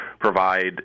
provide